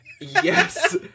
Yes